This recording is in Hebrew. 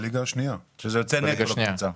שזה יוצא נטו לקבוצה.